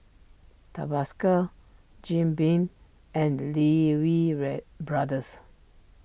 Tabasco Jim Beam and Lee Wee Brothers